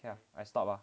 yeah I stop 了